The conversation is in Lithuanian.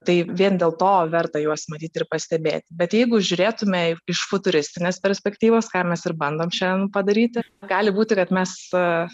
tai vien dėl to verta juos matyt ir pastebėti bet jeigu žiūrėtume iš futuristinės perspektyvos ką mes ir bandom šiandien padaryti gali būti kad mes